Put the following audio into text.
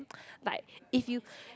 like if you